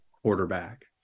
quarterback